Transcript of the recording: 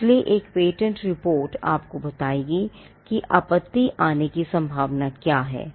इसलिए एक patent report आपको बताएगी कि आपत्ति आने की संभावना क्या है